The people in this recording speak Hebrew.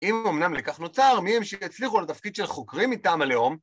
אם אמנם לקח נוצר מי הם שיצליחו לתפקיד של חוקרים מטעם הלאום